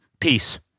peace